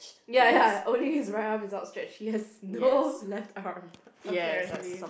ya ya only his right arm is outstretched he has no left arm apparently